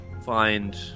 find